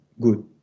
good